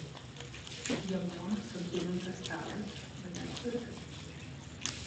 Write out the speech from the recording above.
geltonas apzulintas stalas bet dar tvirtas